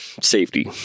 safety